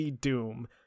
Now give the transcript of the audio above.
Doom